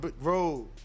road